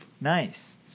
nice